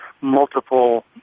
multiple